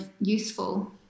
useful